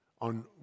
on